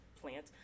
plant